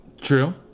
True